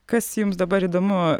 kas jums dabar įdomu